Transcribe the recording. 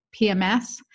PMS